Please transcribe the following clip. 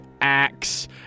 axe